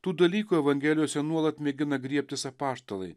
tų dalykų evangelijose nuolat mėgina griebtis apaštalai